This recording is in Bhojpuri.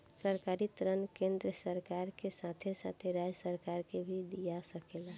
सरकारी ऋण केंद्रीय सरकार के साथे साथे राज्य सरकार के भी दिया सकेला